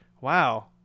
wow